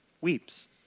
weeps